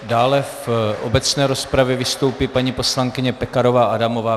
Dále v obecné rozpravě vystoupí paní poslankyně Pekarová Adamová.